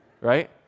Right